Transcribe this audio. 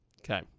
Okay